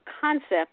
concept